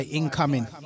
incoming